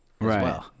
right